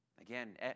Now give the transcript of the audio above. Again